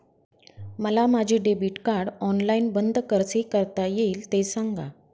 मला माझे debit card online बंद कसे करता येईल, ते सांगा